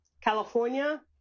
California